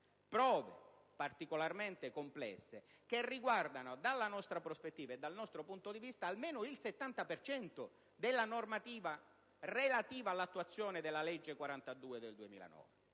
prove particolarmente complesse che riguardano, dalla nostra prospettiva e dal nostro punto di vista, almeno il 70 per cento della normativa relativa all'attuazione della legge n. 42 del 2009.